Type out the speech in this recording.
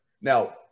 Now